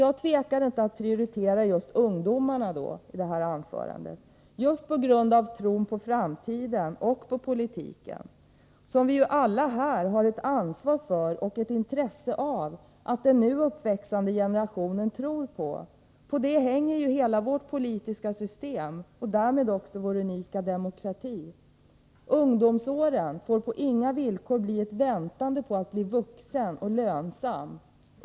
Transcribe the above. Jag tvekar inte att prioritera ungdomen i detta anförande — just på grund av tron på framtiden och på politiken, som vi alla här har ett ansvar för och ett intresse av att den nu uppväxande generationen tror på. På det hänger hela vårt politiska system och därmed också vår unika demokrati. Ungdomsåren får på inga villkor bli ett väntande på att bli vuxen och lönsam.